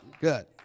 Good